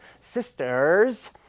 sisters